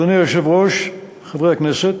אדוני היושב-ראש, חברי הכנסת,